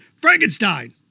Frankenstein